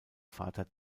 vater